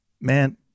man